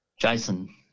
Jason